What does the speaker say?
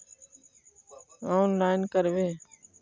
Online करवे?